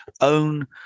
own